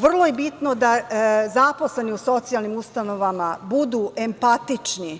Vrlo je bitno da zaposleni u socijalnim ustanovama budu empatični,